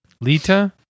Lita